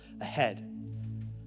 ahead